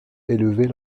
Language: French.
élever